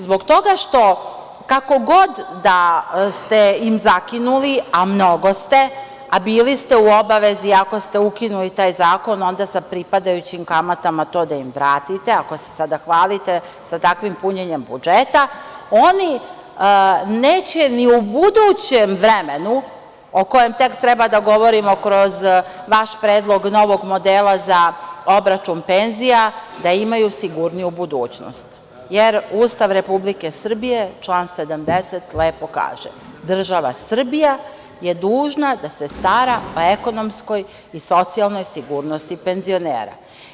Zbog toga što, kako god da ste im zakinuli, a mnogo ste, a bili ste u obavezi ako ste ukinuli taj zakon onda sa pripadajućim kamatama to da im vratite, ako se sada hvalite sa takvim punjenjem budžeta, oni neće ni u budućem vremenu o kojem još treba da govorimo kroz vaš predlog novog modela za obračun penzija da imaju sigurniju budućnost, jer Ustav Republike Srbije član 70. lepo kaže – država Srbija je dužna da se stara o ekonomskoj i socijalnoj sigurnosti penzionera.